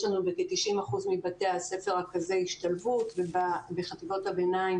יש לנו בכ-90 אחוזים מבתי הספר רכזי השתלבות ובחטיבות הביניים